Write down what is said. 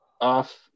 off